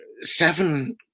seven